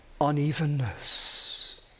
Unevenness